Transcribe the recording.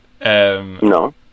No